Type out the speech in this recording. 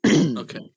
Okay